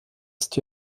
ist